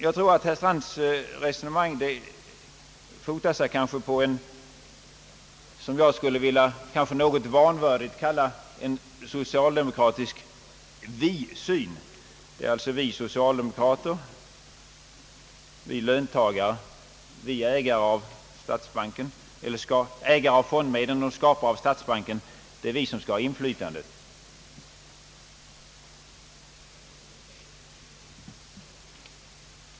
Jag tror herr Strands uppfattning fotar sig på vad jag kanske något vanvördigt vill kalla socialdemokratisk visyn: vi socialdemokrater, vi löntagare, vi ägare till fondmedlen och skapare av statsbanken, det är vi som skall ha inflytande.